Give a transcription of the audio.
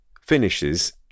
finishes